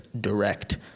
direct